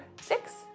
six